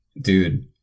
dude